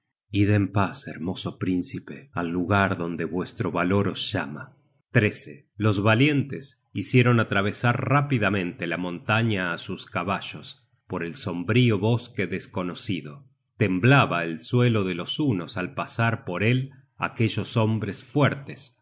book search generated at pe al lugar donde vuestro valor os llama los valientes hicieron atravesar rápidamente la montaña á sus caballos por el sombrío bosque desconocido temblaba el suelo de los hunos al pasar por él aquellos hombres fuertes